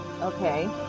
Okay